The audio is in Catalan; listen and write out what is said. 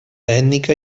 ètnica